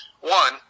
one